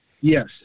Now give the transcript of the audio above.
yes